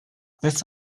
this